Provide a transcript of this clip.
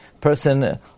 person